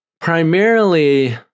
primarily